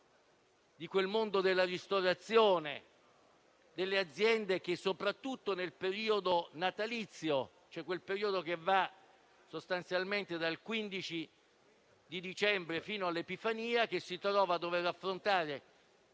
di quel mondo della ristorazione e delle aziende che, soprattutto nel periodo natalizio, quello che va cioè sostanzialmente dal 15 dicembre fino all'Epifania, si trovano ad affrontare